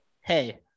Hey